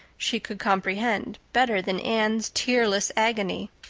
she could comprehend better than anne's tearless agony.